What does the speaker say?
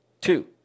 two